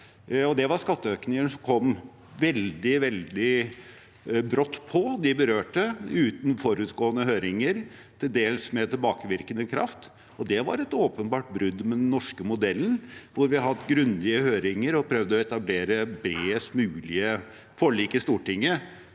Det var skatteøkninger som kom veldig brått på de berørte, uten forutgående høringer og til dels med tilbakevirkende kraft. Det var et åpenbart brudd med den norske modellen, hvor vi har hatt grundige høringer og prøvd å etablere bredest mulig forlik i Stortinget